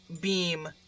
beam